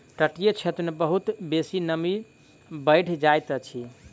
तटीय क्षेत्र मे बहुत बेसी नमी बैढ़ जाइत अछि